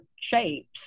shapes